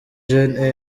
jeune